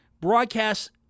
broadcast